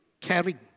caring